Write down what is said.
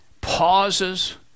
pauses